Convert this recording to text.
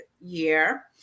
year